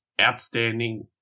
outstanding